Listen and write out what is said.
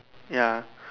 ya